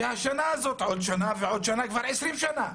השנה הזאת זה עוד שנה ועוד שנה, כבר עשרים שנה.